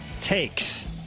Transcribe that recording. takes